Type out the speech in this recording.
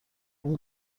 این